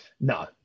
No